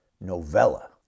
novella